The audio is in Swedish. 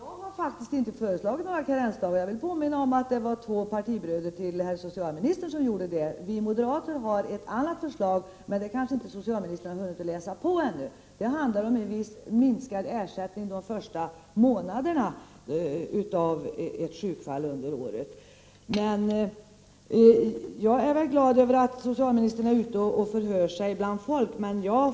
Herr talman! Jag har faktiskt inte föreslagit införande av några karensdagar. Jag vill påminna om att det var två partibröder till socialministern som gjorde det. Vi moderater har ett annat förslag, men det har socialministern kanske inte hunnit läsa på ännu. Det handlar om viss minskning av ersättningen de första månaderna av ett sjukfall under året. Jag är väl glad över att socialministern är ute och förhör sig om vad människor vill ha.